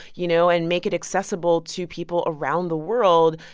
you know, and make it accessible to people around the world.